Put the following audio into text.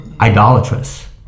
idolatrous